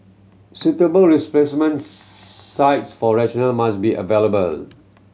suitable replacement sites for resident must be available